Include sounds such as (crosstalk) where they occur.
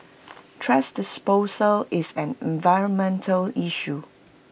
(noise) thrash disposal is an environmental issue